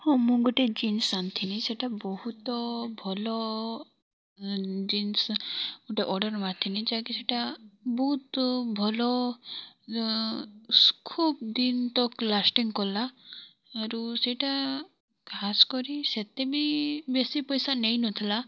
ହଁ ମୁଁ ଗୁଟେ ଜିନ୍ସ୍ ଆନିଥିନି ସେଟା ବହୁତ ଭଲ ଜିନ୍ସ୍ ଗୁଟେ ଅର୍ଡ଼ର୍ ମାରିଥିନି ଯାହାକି ସେଟା ବହୁତ୍ ଭଲ ଖୁବ୍ ଦିନ୍ ତ ଲାଷ୍ଟିଙ୍ଗ୍ କଲା ଆରୁ ସେଇଟା ଖାସ୍ କରି ସେତେ ବି ବେଶୀ ପଇସା ନେଇ ନଥିଲା